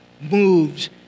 moves